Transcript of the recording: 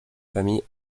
famille